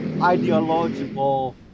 ideological